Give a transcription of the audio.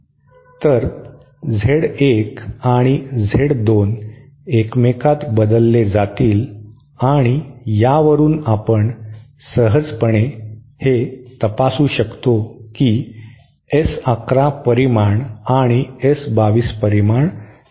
तर Z 1 आणि Z 2 एकमेकांत बदलले जातील आणि यावरून आपण सहजपणे हे तपासू शकतो की S 1 1 परिमाण आणि S 2 2 परिमाण समान असेल